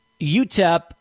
UTEP